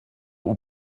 will